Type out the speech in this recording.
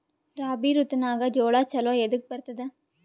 ರಾಬಿ ಋತುನಾಗ್ ಜೋಳ ಚಲೋ ಎದಕ ಬರತದ?